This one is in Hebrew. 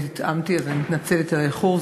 אני מתנצלת על האיחור,